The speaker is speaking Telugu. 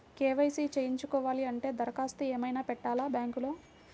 కే.వై.సి చేయించుకోవాలి అంటే దరఖాస్తు ఏమయినా పెట్టాలా బ్యాంకులో?